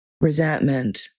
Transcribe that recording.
resentment